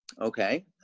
Okay